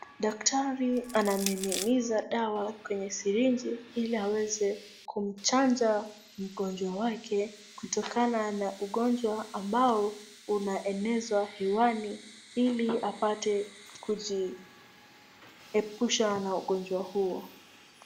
Daktari anamiminiza dawa kwenye sirinji ili aweze kumchanja mgonjwa wake kutokana na ugonjwa ambao unaenezwa hewani ili apate kujiepusha na ugonjwa huo.